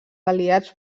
aliats